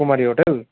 Kumari hotel